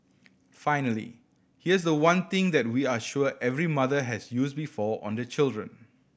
finally here's the one thing that we are sure every mother has used before on their children